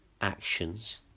Actions